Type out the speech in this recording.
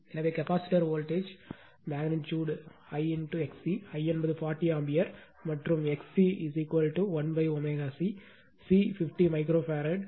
எனவே capacitor voltage magnitude I XC I என்பது 40 ampere மற்றும் XC1ω C C 50 micro farad